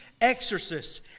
exorcists